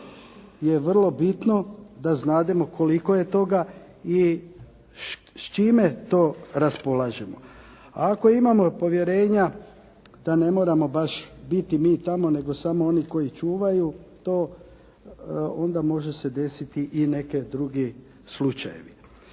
je vrlo bitno da znademo koliko je toga i s čime to raspolažemo. Ako imamo povjerenja da ne moramo biti baš mi tamo, nego samo oni koji čuvaju to, onda može se desiti i neki drugi slučajevi.